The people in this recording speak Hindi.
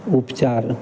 उपचार